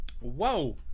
Whoa